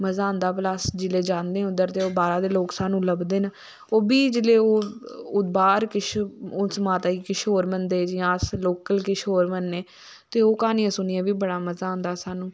मज़ा आंदा भला अस जिसले जांदे उध्दर ते ओहे बाह्रा दे लोक साह्नू लब्भदे न ओह्बी जेल्ले बाह्र किश उस माता गी किश होर मनदे जियां अस लोकल किश होर मनदे ते ओह् कहानियां सुनियें बी बड़ा मज़ा आंदा साह्नू